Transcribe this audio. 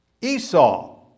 Esau